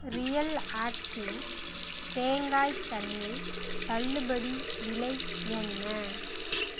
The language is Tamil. ரியல் ஆக்டிவ் தேங்காய் தண்ணி தள்ளுபடி விலை என்ன